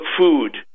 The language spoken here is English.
food